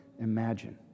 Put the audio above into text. imagine